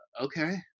okay